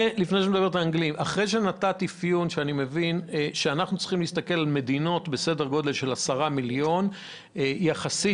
אמרת שאנחנו צריכים להסתכל על מדינות בסדר גודל של עשרה מיליון תושבים,